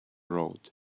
road